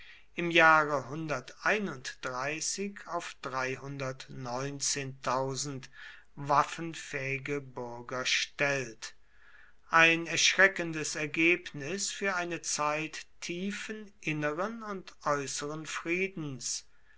im jahre auf waffenfähige bürger stellt ein erschreckendes ergebnis für eine zeit tiefen inneren und äußeren friedens